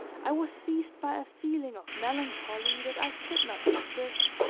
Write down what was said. i was seized by a feeling of melancholy that i could not resist.